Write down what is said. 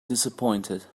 dissapointed